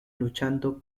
luchando